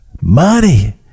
Money